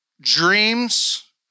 dreams